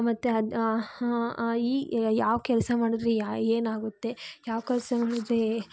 ಮತ್ತು ಅದು ಈ ಯಾವ ಕೆಲಸ ಮಾಡಿದ್ರೆ ಯಾ ಏನಾಗುತ್ತೆ ಯಾವ ಕೆಲಸ ಮಾಡಿದ್ರೆ ಏ